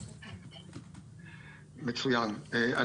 עמירם, בבקשה.